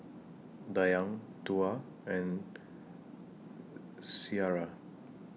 Dayang Tuah and Syirah